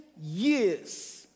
years